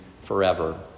forever